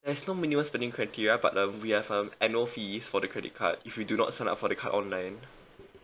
there's no minimum spending criteria but um we have um annual fees for the credit card if you do not sign up for the card online